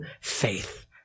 faith